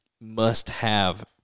must-have